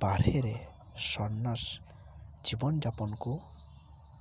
ᱵᱟᱦᱨᱮ ᱨᱮ ᱥᱚᱱᱱᱟᱥ ᱡᱤᱵᱚᱱ ᱡᱟᱯᱚᱱ ᱠᱚ